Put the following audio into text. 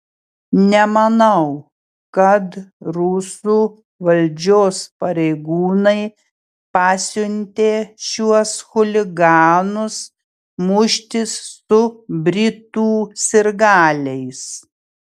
nemanau kad rusų valdžios pareigūnai pasiuntė šiuos chuliganus muštis su britų sirgaliais